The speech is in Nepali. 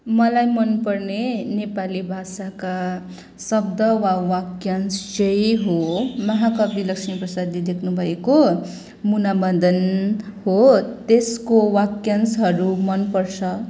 मलाई मनपर्ने नेपाली भाषाका शब्द वा वाक्यांश चाहिँ हो महाकवि लक्ष्मी प्रसादले लेख्नुभएको मुना मदन हो त्यसको वाक्यांशहरू मनपर्छ